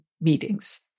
meetings